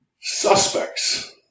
Suspects